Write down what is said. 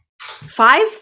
five